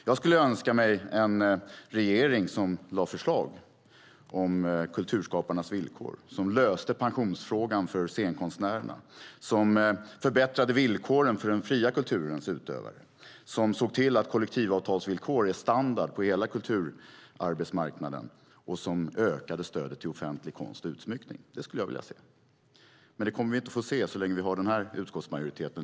Jag önskar mig en regering som lägger fram förslag om kulturskaparnas villkor, som löser pensionsfrågan för scenkonstnärerna, som förbättrar villkoren för den fria kulturens utövare, som ser till att kollektivavtalsvillkor är standard på hela kulturarbetsmarknaden och som ökar stödet till offentlig konst och utsmyckning. Det skulle jag vilja se, men det kommer vi inte att få se så länge vi har den här utskottsmajoriteten.